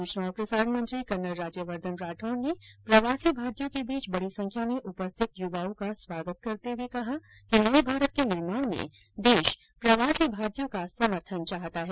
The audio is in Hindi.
सूचना और प्रसारण मंत्री कर्नल राज्यवर्दधन राठौड़ ने प्रवासी भारतीयों के बीच बड़ी संख्या में उपस्थित युवाओं का स्वागत करते हुए कहा कि नए भारत के निर्माण में देश प्रवासी भारतीयों का समर्थन चाहता है